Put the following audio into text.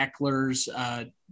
Ecklers